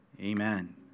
Amen